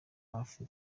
hafi